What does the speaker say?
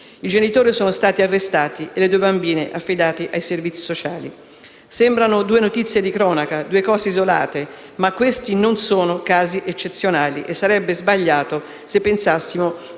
I genitori sono stati arrestati e le due bambine affidate ai servizi sociali. Sembrano due notizie di cronaca, due eventi isolati, ma non sono casi eccezionali e sarebbe sbagliato se pensassimo